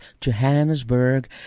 Johannesburg